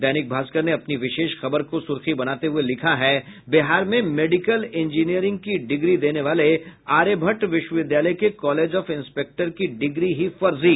दैनिक भास्कर ने अपनी विशेष खबर को सुर्खी बनाते हुए लिखा है बिहार में मेडिकल इंजीनियरिंग की डिग्री देने वाले आर्यभट्ट विश्वविद्यालय के कॉलेज ऑफ इंस्पेक्टर की डिग्री ही फर्जी